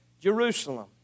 Jerusalem